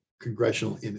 congressional